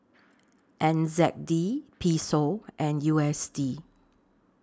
N Z D Peso and U S D